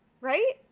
Right